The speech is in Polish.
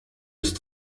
jest